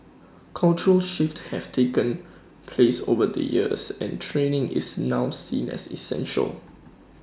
cultural shifts have taken place over the years and training is now seen as essential